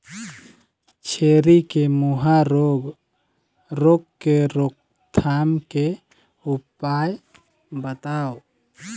छेरी के मुहा रोग रोग के रोकथाम के उपाय बताव?